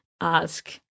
ask